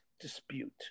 dispute